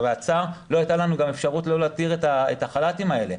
לא הייתה לנו אפשרות לא להתיר את החל"תים האלה.